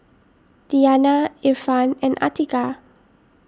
Diyana Irfan and Atiqah